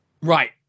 Right